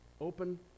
open